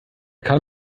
kann